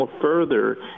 further